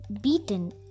beaten